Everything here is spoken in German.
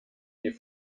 die